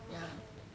ya